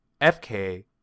FK